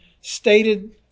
stated